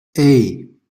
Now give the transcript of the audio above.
hey